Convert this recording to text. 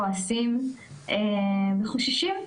כועסים וחוששים,